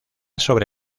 sobre